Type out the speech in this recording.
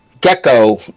Gecko